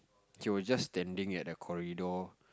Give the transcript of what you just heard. she was just standing at the corridor